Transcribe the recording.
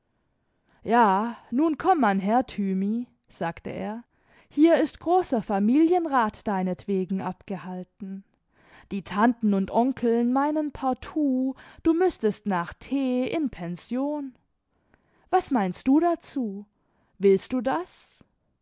ja nun komm man her thymi sagt er hier ist großer familienrat deinetwegen abgehalten die tanten und onkeln meinen partout du müßtest nacli t in pension was meinst du dazu willst du das